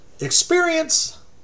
experience